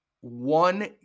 one